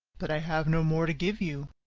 but i have no more to give you.